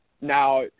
Now